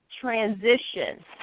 transition